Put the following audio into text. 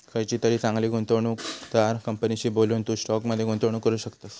खयचीतरी चांगली गुंवणूकदार कंपनीशी बोलून, तू स्टॉक मध्ये गुंतवणूक करू शकतस